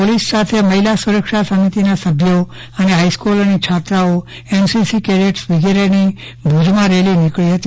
police સાથે મહિલા સુરક્ષા સમિતિના સભ્યો અને હાઈસ્કુલોની છાત્રાઓ એનસીસી કેડેટસ વિગેરેની ભુજમાં રેલી નીકળી હતી